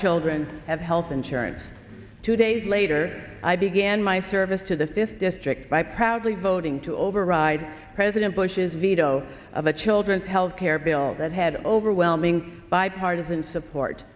children have health insurance two days later i began my service to the fifth district by proudly voting to override president bush's veto of the children's health care bill that had overwhelming bipartisan support